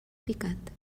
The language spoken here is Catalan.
picat